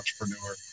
entrepreneur